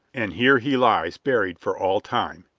and here he lies buried for all time,